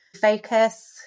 focus